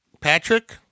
Patrick